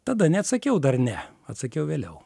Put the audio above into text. tada neatsakiau dar ne atsakiau vėliau